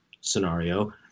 scenario